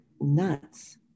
nuts